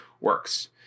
works